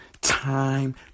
time